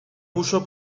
puso